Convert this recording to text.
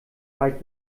weit